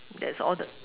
that's all the